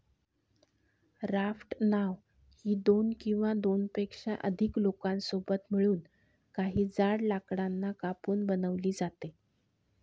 raft नाव ही दोन किंवा दोनपेक्षा अधिक लोकांसोबत मिळून, काही जाड लाकडांना कापून बनवली जाते